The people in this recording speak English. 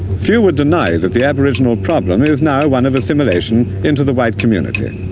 few would deny that the aboriginal problem is now one of assimilation into the white community.